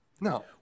No